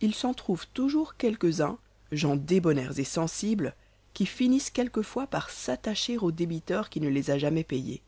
il s'en trouve toujours quelques-uns gens débonnaires et sensibles qui finissent quelquefois par s'attacher au débiteur qui ne les a jamais payés